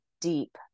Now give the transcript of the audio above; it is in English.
deep